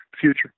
future